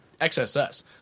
XSS